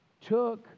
took